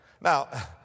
Now